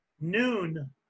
noon